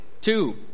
Two